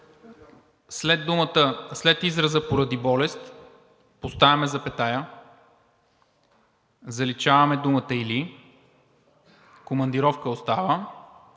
след израза „поради болест“ поставяме запетая, заличаваме думата „или“, „командировка“ – остава,